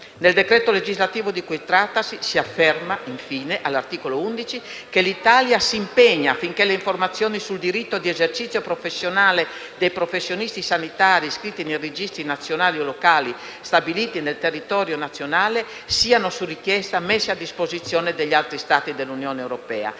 Nel decreto legislativo di cui trattasi, si afferma infine, all'articolo 11, che l'Italia si impegna affinché le informazioni sul diritto di esercizio professionale dei professionisti sanitari iscritti nei registri nazionali o locali stabiliti nel territorio nazionale siano, su richiesta, messi a deposizione degli altri Stati dell'Unione europea.